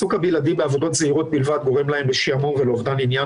העיסוק הבלעדי בעבודות זעירות בלבד גורם להם לשעמום ולאובדן עניין